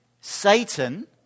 Satan